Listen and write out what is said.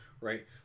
right